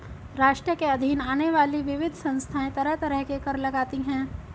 राष्ट्र के अधीन आने वाली विविध संस्थाएँ तरह तरह के कर लगातीं हैं